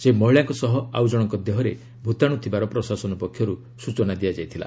ସେହି ମହିଳାଙ୍କ ସହ ଆଉ ଜଣଙ୍କ ଦେହରେ ଭୂତାଣୁ ଥିବାର ପ୍ରଶାସନ ପକ୍ଷରୁ ସୂଚନା ଦିଆଯାଇଥିଲା